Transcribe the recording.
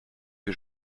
que